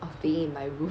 of being in my room